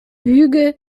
hügel